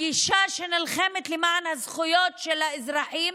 הגישה שנלחמת למען הזכויות של האזרחים,